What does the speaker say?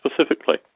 specifically